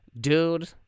dude